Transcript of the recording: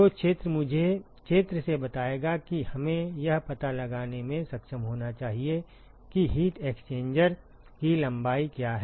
तो क्षेत्र मुझे क्षेत्र से बताएगा कि हमें यह पता लगाने में सक्षम होना चाहिए कि हीट एक्सचेंजर की लंबाई क्या है